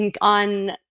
on